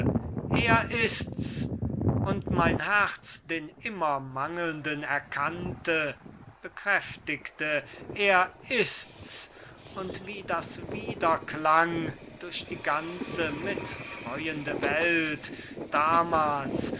er ist's und mein herz den immermangelnden erkannte bekräftigte er ist's und wie das wiederklang durch die ganze mitfreuende welt damals o damals